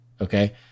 Okay